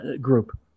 group